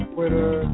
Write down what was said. Twitter